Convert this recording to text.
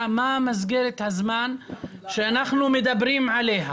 מה היא מסגרת הזמן שאנחנו מדברים עליה.